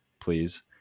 please